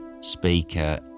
speaker